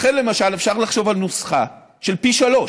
לכן, למשל, אפשר לחשוב על נוסחה של פי-שלושה: